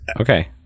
Okay